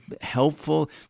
helpful